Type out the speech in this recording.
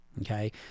okay